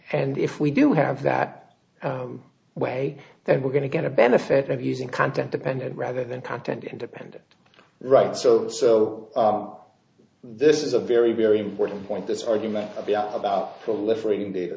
and if we do have that way then we're going to get a benefit of using content dependent rather than content independent right so so this is a very very important point this argument about the liberating data